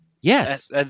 Yes